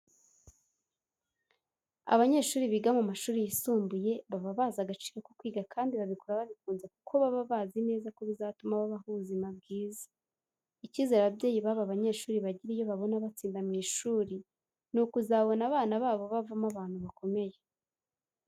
Abanyeshuri biga mu mashuri yisumbuye baba bazi agaciro ko kwiga kandi babikora babikunze kuko baba bazi neza ko bizatuma babaho ubuzima bwiza. Icyizere ababyeyi baba banyeshuri bagira iyo babona batsinda mu ishuri, ni ukuzabona abana babo bavamo abantu bakomeye.